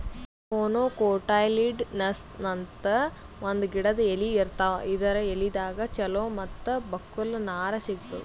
monocotyledonous ಅಂತ್ ಒಂದ್ ಗಿಡದ್ ಎಲಿ ಇರ್ತಾವ ಇದರ್ ಎಲಿದಾಗ್ ಚಲೋ ಮತ್ತ್ ಬಕ್ಕುಲ್ ನಾರ್ ಸಿಗ್ತದ್